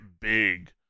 big